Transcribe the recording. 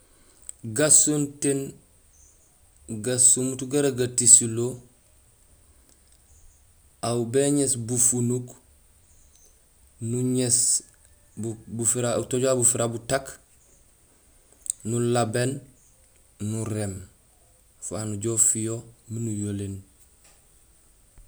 Gasontéén gasomuut gara gatisilo aw béŋéés bufunuk, nuŋéés bufira utooj wara bufira butak nalabéén nuréém afaak nujoow ufiho miinn uyoléén